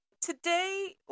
Today